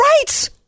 rights